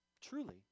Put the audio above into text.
truly